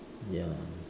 ya